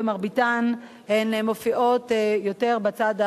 במרביתן הן מופיעות יותר בצד,